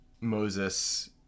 Moses